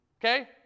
Okay